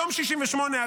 היום 68,